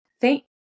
Thank